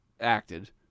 acted